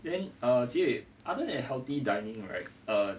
then err jie wei other than healthy dining right err